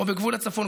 או בגבול הצפון,